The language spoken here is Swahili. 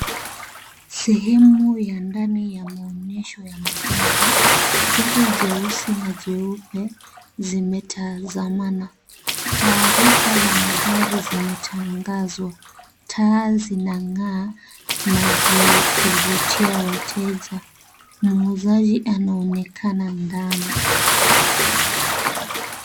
Sehemu ya ndani ya maonyesho ya magari, gari jeusi na jeupe zimetazamana , taarifa za magari zimetangazwa, taa zinang'aa na zikivutia wateja, muuzaji anaonekana ndani .